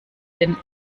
den